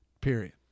Period